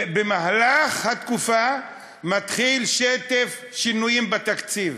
ובמהלך התקופה מתחיל שטף שינויים בתקציב.